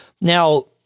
Now